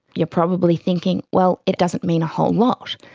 you are probably thinking, well, it doesn't mean a whole lot,